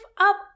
up